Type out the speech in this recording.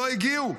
שלא הגיעו.